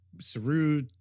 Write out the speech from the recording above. Saru